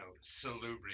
salubrious